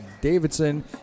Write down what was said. Davidson